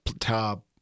top